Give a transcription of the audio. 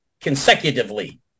consecutively